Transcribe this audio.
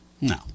No